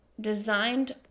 designed